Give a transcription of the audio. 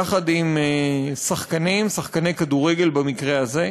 יחד עם שחקנים, שחקני כדורגל במקרה הזה,